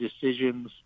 decisions